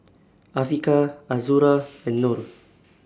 Afiqah Azura and Nor